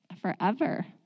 Forever